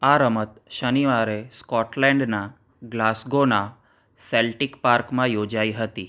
આ રમત શનિવારે સ્કોટલેન્ડના ગ્લાસગોના સેલ્ટિક પાર્કમાં યોજાઈ હતી